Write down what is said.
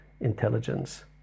intelligence